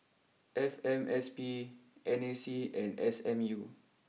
F M S P N A C and S M U